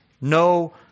No